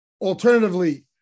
Alternatively